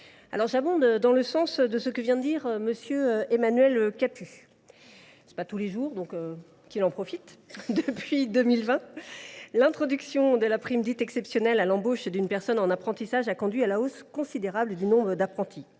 j’abonde dans le sens d’Emmanuel Capus. Ce n’est pas tous les jours, donc qu’il en profite… Depuis 2020, l’introduction de la prime dite exceptionnelle à l’embauche d’une personne en apprentissage a conduit à la hausse considérable du nombre d’apprentis.